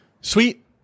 Sweet